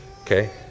okay